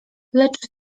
lecz